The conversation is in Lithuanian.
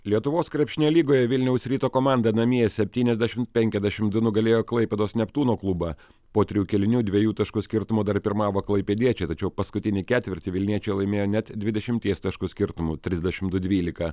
lietuvos krepšinio lygoje vilniaus ryto komanda namie septyniasdešimt penkiasdešimt du nugalėjo klaipėdos neptūno klubą po trijų kėlinių dviejų taškų skirtumu dar pirmavo klaipėdiečiai tačiau paskutinį ketvirtį vilniečiai laimėjo net dvidešimties taškų skirtumu trisdešimt du dvylika